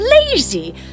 lazy